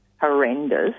horrendous